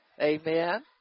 amen